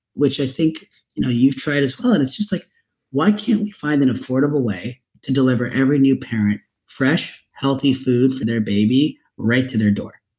which i think you know you tried as well and it's just like why can't we find an affordable way to deliver every new parent fresh healthy food for their baby right do their door?